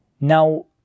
Now